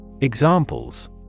Examples